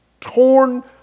torn